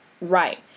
right